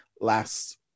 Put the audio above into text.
last